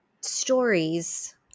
stories